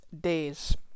days